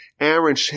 Aaron